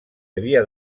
havia